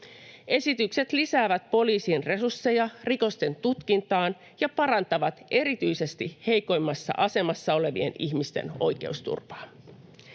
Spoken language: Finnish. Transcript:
Esitykset lisäävät poliisien resursseja rikosten tutkintaan ja parantavat erityisesti heikoimmassa asemassa olevien ihmisten oikeusturvaa.